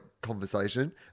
conversation